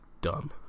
dumb